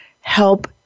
help